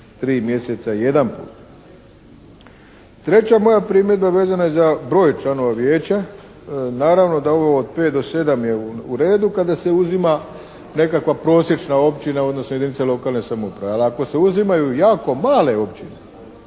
3 mjeseca jedanput. Treća moja primjedba vezana je za broj članova Vijeća. Naravno da ovo od 5 do 7 je u redu kada se uzima nekakva prosječna općina odnosno jedinica lokalne samouprave ali ako se uzimaju jako male općine